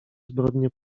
zbrodnię